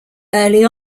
early